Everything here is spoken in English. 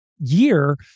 year